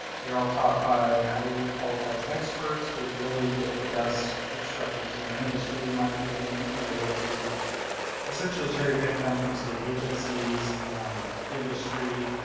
they're all taught by highly-qualified experts. we really get the best instructors in the industry, in my opinion. we're able to essentially cherry pick them from state agencies and industry.